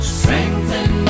Strengthen